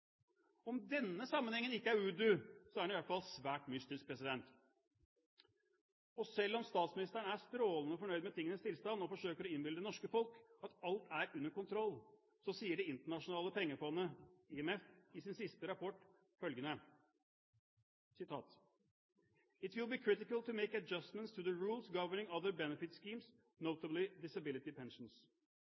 Om denne sammenhengen ikke er voodoo, så er den i hvert fall svært mystisk. Og selv om statsministeren er strålende fornøyd med tingenes tilstand, og forsøker å innbille det norske folk at alt er under kontroll, så sier Det internasjonale pengefondet – IMF – i sin siste rapport følgende: it will be critical to make adjustments to the rules governing other benefit schemes, notably disability pensions.